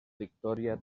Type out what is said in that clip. victòria